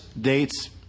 dates